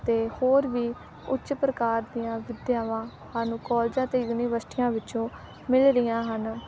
ਅਤੇ ਹੋਰ ਵੀ ਉੱਚ ਪ੍ਰਕਾਰ ਦੀਆਂ ਵਿੱਦਿਆਵਾਂ ਸਾਨੂੰ ਕੋਲਜਾਂ ਅਤੇ ਯੂਨੀਵਰਸਿਟੀਆਂ ਵਿੱਚੋਂ ਮਿਲ ਰਹੀਆਂ ਹਨ